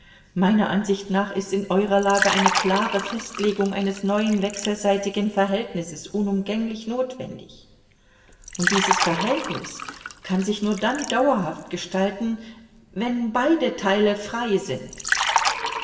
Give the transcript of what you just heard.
meiner ansicht nach ist in eurer lage eine klare festlegung eines neuen wechselseitigen verhältnisses unumgänglich notwendig und dieses verhältnis kann sich nur dann dauerhaft gestalten wenn beide teile frei sind